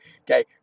Okay